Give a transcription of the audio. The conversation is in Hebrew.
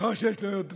מאחר שיש לי עוד זמן,